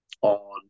on